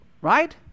Right